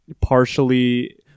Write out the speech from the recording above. partially